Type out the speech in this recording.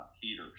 heaters